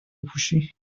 بپوشی